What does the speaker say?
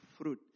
fruit